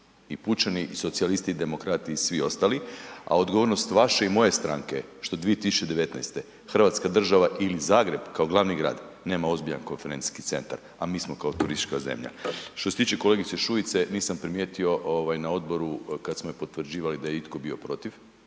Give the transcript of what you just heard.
i pučani i socijalisti i demokrati i svi ostali, a odgovornost vaše i moje stranke je što 2019. Hrvatska država ili Zagreb kao glavni grad nema ozbiljan konferencijski centar, a mi smo kao turistička zemlja. Što se tiče kolegice Šuice nisam primijetio ovaj na odboru kad smo je potvrđivali da je itko bio protiv,